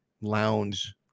lounge